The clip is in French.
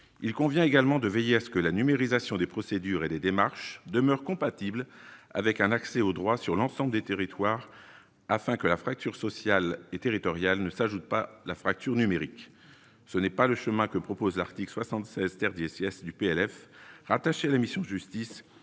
il convient également de veiller à ce que la numérisation des procédures et des démarches demeure compatible avec un accès au droit sur l'ensemble des territoires afin que la fracture sociale et territoriale ne s'ajoute pas la fracture numérique, ce n'est pas le chemin que propose l'article 76 CS du PLF rattachés à la mission Justice